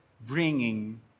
bringing